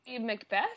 Macbeth